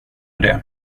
det